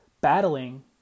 battling